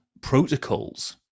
protocols